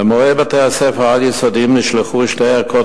למורי בתי-הספר העל-יסודיים נשלחו שתי ערכות